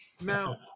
now